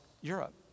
Europe